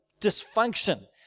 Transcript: dysfunction